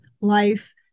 life